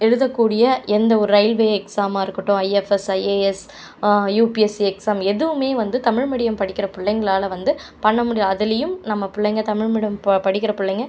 எழுதக்கூடிய எந்த ஒரு ரயில்வே எக்ஸாமாக இருக்கட்டும் ஐஎஃப்எஸ் ஐஏஎஸ் யுபிஎஸ்சி எக்ஸாம் எதுவுமே வந்து தமிழ் மீடியம் படிக்கிற பிள்ளைங்களால வந்து பண்ண முடியும் அதிலயும் நம்ம பிள்ளைங்க தமிழ் மீடியம் ப படிக்கிற பிள்ளைங்க